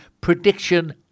prediction